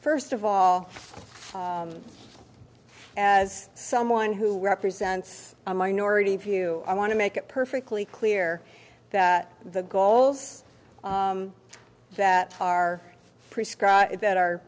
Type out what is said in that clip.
first of all as someone who represents a minority view i want to make it perfectly clear that the goals that are prescribed that are